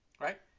right